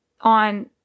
on